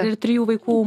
ir trijų vaikų